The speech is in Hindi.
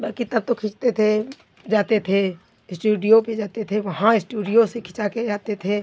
बाकी तब तो खींचते थे जाते थे इस्टूडियो पे जाते थे वहाँ इस्टूडियो से खिंचा के आते थे